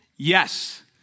Yes